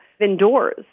indoors